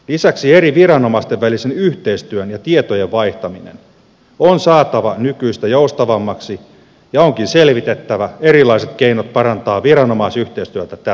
lisäksi eri viranomaisten välinen yhteistyö ja tietojen vaihtaminen on saatava nykyistä joustavammaksi ja onkin selvitettävä erilaiset keinot parantaa viranomaisyhteistyötä tältä osin